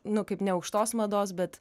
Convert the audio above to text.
nu kaip ne aukštos mados bet